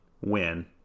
win